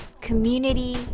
community